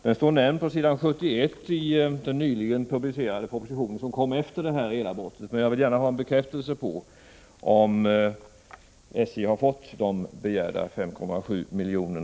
Detta står nämnt på s. 71 i den nyligen publicerade proposition som förelades riksdagen efter det här elavbrottet, men jag vill gärna ha en bekräftelse på att SJ har fått begärda 5,7 miljoner.